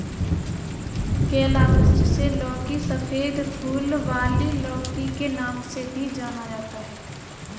calabash, जिसे लौकी, सफेद फूल वाली लौकी के नाम से भी जाना जाता है